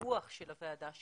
הפיקוח של הוועדה שלנו,